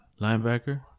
Linebacker